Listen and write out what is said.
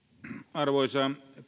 arvoisa